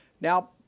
Now